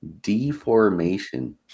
Deformation